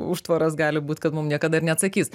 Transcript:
užtvaras gali būt kad mum niekada ir neatsakys